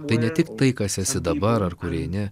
tai ne tik tai kas esi dabar ar kur eini